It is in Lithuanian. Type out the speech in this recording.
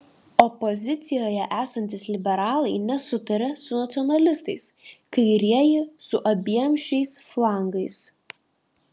opozicijoje esantys liberalai nesutaria su nacionalistais kairieji su abiem šiais flangais